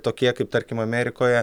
tokie kaip tarkim amerikoje